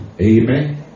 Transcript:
Amen